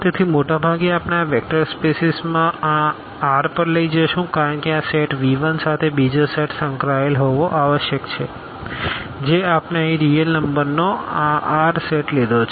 તેથી મોટાભાગે આપણે આ વેક્ટર સ્પેસીસ આ R પર લઈ જઈશું કારણ કે આ સેટ V1 સાથે બીજો સેટ સંકળાયેલ હોવો આવશ્યક છે જે આપણે અહીં રીઅલ નંબરનો આ R સેટ લીધો છે